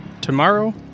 tomorrow